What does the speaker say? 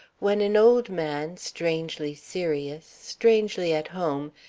when an old man, strangely serious, strangely at home,